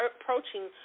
approaching